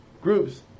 groups